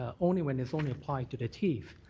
ah only when it's only applied to the teeth.